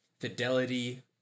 fidelity